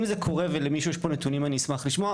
אם זה קורה ולמישהו יש פה נתונים, אני אשמח לשמוע.